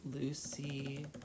Lucy